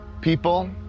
People